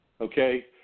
Okay